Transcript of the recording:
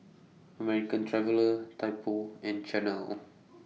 American Traveller Typo and Chanel